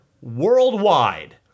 worldwide